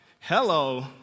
Hello